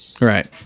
Right